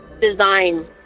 design